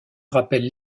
rappellent